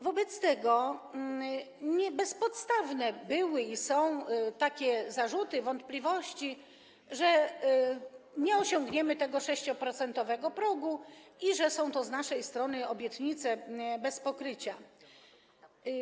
Wobec tego bezpodstawne były i są takie zarzuty, wątpliwości, że nie osiągniemy tego 6-procentowego progu i że są to z naszej strony obietnice bez pokrycia.